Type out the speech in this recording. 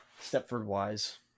Stepford-wise